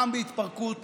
העם בהתפרקות,